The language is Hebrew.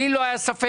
לי לא היה ספק.